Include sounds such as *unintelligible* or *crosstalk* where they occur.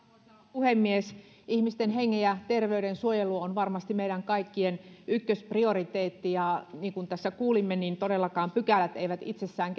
puhemies ihmisten hengen ja terveyden suojelu on varmasti meidän kaikkien ykkösprioriteetti ja niin kuin tässä kuulimme todellakaan pykälät eivät itsessään *unintelligible*